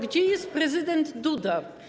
Gdzie jest prezydent Duda?